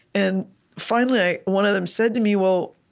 and finally, one of them said to me, well,